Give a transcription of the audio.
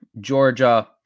Georgia